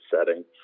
setting